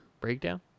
breakdown